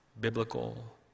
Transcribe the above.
biblical